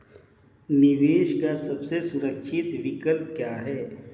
निवेश का सबसे सुरक्षित विकल्प क्या है?